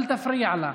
אל תפריע לה.